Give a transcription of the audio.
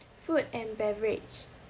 food and beverage